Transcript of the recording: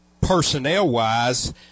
personnel-wise